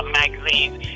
magazines